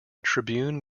tribune